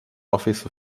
office